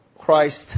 Christ